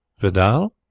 Vidal